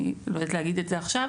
ואני לא יודעת להגיד את זה עכשיו,